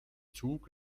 zug